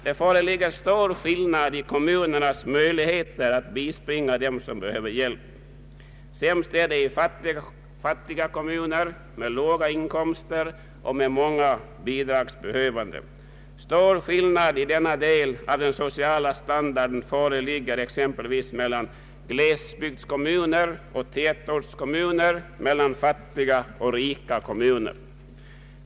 Det föreligger stor skillnad 1 fråga om kommunernas möjligheter att bispringa dem som behöver hjälp. Sämst är det i fattiga kommuner med låga inkomster och många bidragsbehövande. Stor skillnad i denna del av den sociala standarden förefinns exempelvis mellan glesbygdskommuner och tätortskommuner, mellan fattiga och rika kommuner.